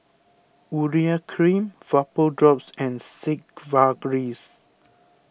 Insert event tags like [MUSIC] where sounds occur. Urea Cream Vapodrops and [UNINTELLIGIBLE]